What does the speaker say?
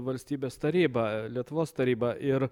valstybės taryba lietuvos taryba ir